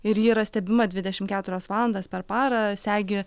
ir ji yra stebima dvidešim keturias valandas per parą segi